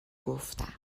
گفتم